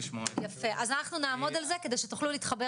אז אנחנו נעמוד על זה כדי שתוכלו להתחבר